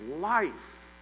life